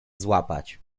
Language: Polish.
złapać